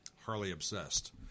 Harley-obsessed